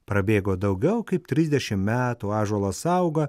prabėgo daugiau kaip trisdešim metų ąžuolas auga